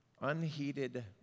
Unheeded